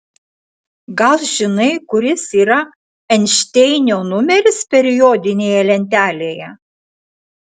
gal žinai kuris yra einšteinio numeris periodinėje lentelėje